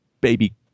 baby